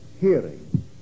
hearing